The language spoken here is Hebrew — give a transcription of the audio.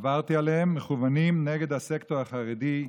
עברתי עליהן, מכוונות נגד הסקטור החרדי,